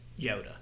Yoda